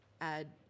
add